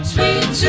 Sweet